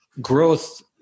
growth